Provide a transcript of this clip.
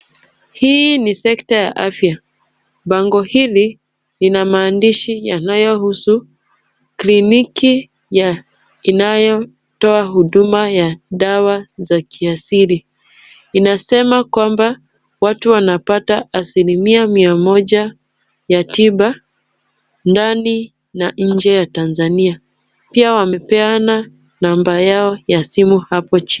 Hii ni sekta ya afya. Pango hili lina maandishi yanayohusu kliniki ya inayotoa huduma ya dawa za kiasili. Inasema kwamba watu wanapata asilimia mia moja ya tiba ndani na nje ya Tanzania. Pia wamepeana namba yao ya simu hapo chini.